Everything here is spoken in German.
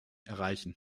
erreichen